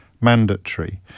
mandatory